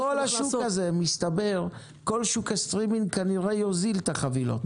כל שוק הסטרימינג כנראה יוזיל את החבילות,